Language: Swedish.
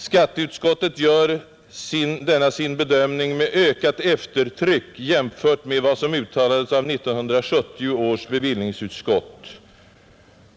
Skatteutskottet gör denna sin bedömning med ökat eftertryck jämfört med vad som uttalades av 1970 års bevillningsutskott.